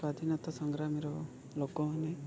ସ୍ଵାଧୀନତା ସଂଗ୍ରାମୀର ଲୋକମାନେ